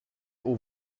aux